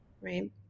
Right